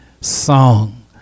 song